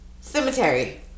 cemetery